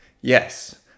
Yes